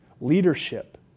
leadership